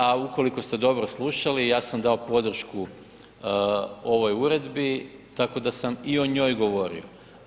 A ukoliko ste dobro slušali ja sam dao podršku ovoj uredbi, tako da sam i o njoj govorio.